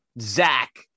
Zach